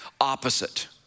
opposite